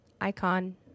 icon